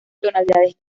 tonalidades